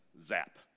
zap